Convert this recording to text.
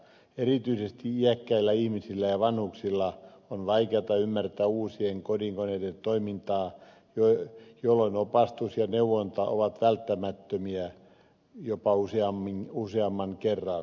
erityisesti iäkkäille ihmisille ja vanhuksille on vaikeata ymmärtää uusien kodinkoneiden toimintaa jolloin opastus ja neuvonta ovat välttämättömiä jopa useamman kerran